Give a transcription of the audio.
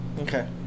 Okay